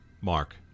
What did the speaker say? mark